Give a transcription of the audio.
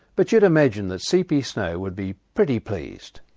but you'd imagine that c. p. snow would be pretty pleased.